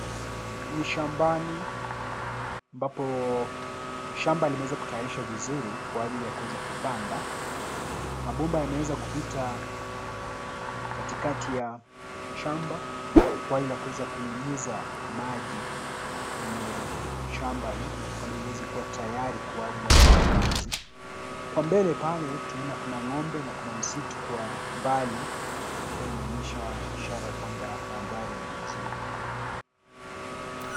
Ni shambani ambapo shamba limeweza kutayarishwa vizuri kwa ajili ya kuweza kupanda. Mabomba yameweza kupita katikati ya shamba kuwa inaweza kunyunyiza maji kwenye shamba hii kwamba iweze kuwa tayari kwa ajili ya upanzi. Kwa mbele pale, tunaona kuna ng'ombe na kuna msitu kwa mbali ambayo inaonyesha ishara ya kwamba mandhari ni mazuri.